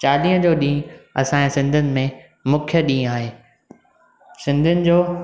चालीहे जो ॾींहं असांजे सिंधियुनि में मुख्य ॾींहुं आहे सिंधियुनि जो